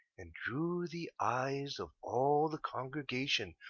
and drew the eyes of all the congregation,